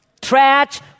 trash